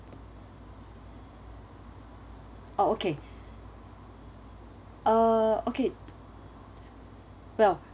oh okay uh okay well